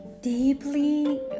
deeply